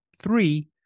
Three